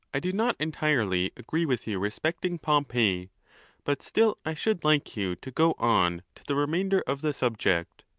i do not entirely agree with you respecting. pompey but still i should like you to go on to the re mainder of the subject.